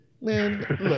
Man